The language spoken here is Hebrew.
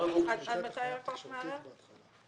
עד מתי הלקוח מערער?